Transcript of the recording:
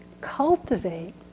cultivate